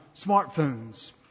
smartphones